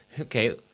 Okay